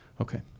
Okay